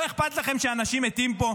לא אכפת לכם שאנשים מתים פה?